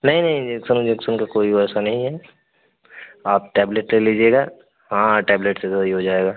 नहीं नहीं रिएक्सन विक्सन का कोई वैसा नहीं है आप टैबलेट ले लीजिएगा हाँ हाँ टैबलेट से सही हो जाएगा